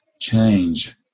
change